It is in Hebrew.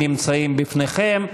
נמצאים לפניכם,